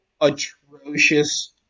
atrocious